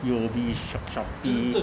U_O_B shop~ Shopee